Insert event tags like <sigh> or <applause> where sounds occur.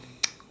<noise>